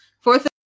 Fourth